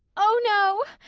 o, no,